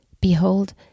Behold